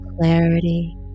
clarity